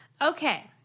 Okay